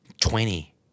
twenty